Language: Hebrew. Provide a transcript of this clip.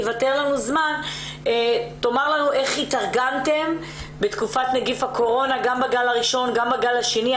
תספר לנו איך התארגנתם בתקופת הגל הראשון של הקורונה והגל השני.